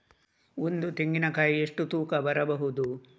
ಒಂದು ತೆಂಗಿನ ಕಾಯಿ ಎಷ್ಟು ತೂಕ ಬರಬಹುದು?